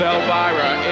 Elvira